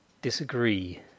Disagree